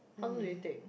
how long do you take